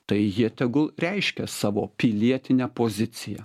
tai jie tegul reiškia savo pilietinę poziciją